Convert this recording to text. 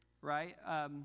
right